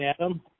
adam